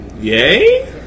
Yay